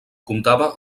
comptava